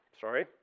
Sorry